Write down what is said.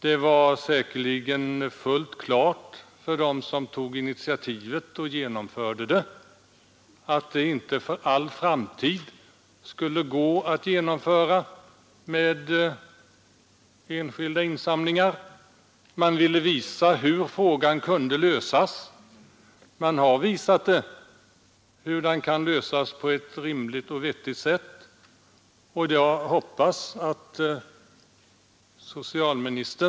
Det stod säkerligen fullt klart för dem som tog initiativet och genomförde det hela, att detta inte för all framtid skulle kunna klaras med enskilda insamlingar. Men man ville visa hur frågan kunde lösas på ett rimligt och vettigt sätt, och det har man visat.